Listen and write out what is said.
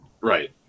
Right